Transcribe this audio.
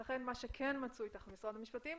לכן מה שכן מצוי תחת משרד המשפטים,